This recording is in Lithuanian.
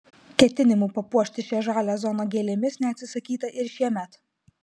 ketinimų papuošti šią žalią zoną gėlėmis neatsisakyta ir šiemet